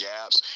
Gaps